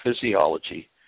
physiology